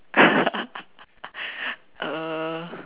uh